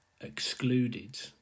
excluded